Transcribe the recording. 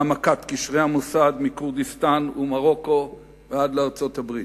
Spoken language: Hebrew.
והעמקת קשרי המוסד מכורדיסטן ומרוקו ועד ארצות-הברית.